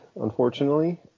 unfortunately